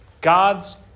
God's